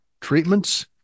Treatments